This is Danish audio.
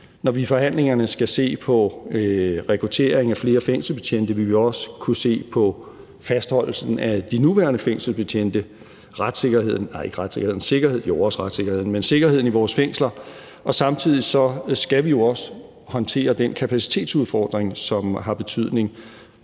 Når vi i forhandlingerne skal se på rekruttering af flere fængselsbetjente, vil vi også kunne se på fastholdelsen af de nuværende fængselsbetjente og sikkerheden i vores fængsler. Og samtidig skal vi jo også håndtere den kapacitetsudfordring, som har betydning